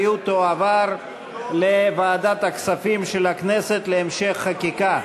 והיא תועבר לוועדת הכספים של הכנסת להמשך חקיקה.